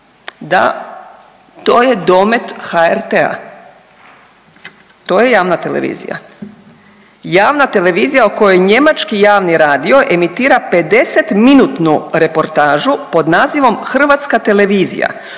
Da, to je domet HRT-a, to je javna televizija, javna televizija o kojoj njemački javni radio emitira 50-minutnu reportažu pod nazivom Hrvatska televizija